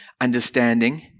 understanding